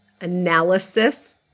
analysis